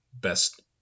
best